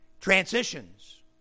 Transitions